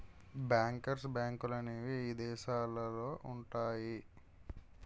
bankers బ్యాంకులనేవి ఇదేశాలల్లో ఉంటయ్యి